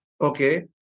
Okay